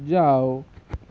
جاؤ